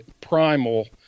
primal